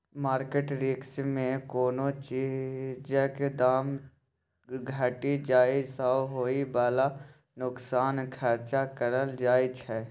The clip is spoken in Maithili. मार्केट रिस्क मे कोनो चीजक दाम घटि जाइ सँ होइ बला नोकसानक चर्चा करल जाइ छै